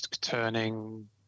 turning